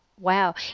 Wow